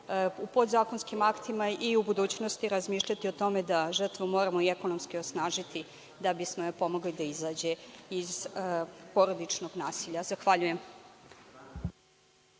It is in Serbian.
u podzakonskim aktima i u budućnosti razmišljati o tome da žrtvu moramo i ekonomski osnažiti da bismo joj pomogli da izađe iz porodičnog nasilja. Zahvaljujem.